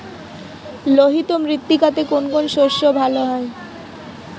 লোহিত মৃত্তিকাতে কোন কোন শস্য ভালো হয়?